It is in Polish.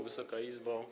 Wysoka Izbo!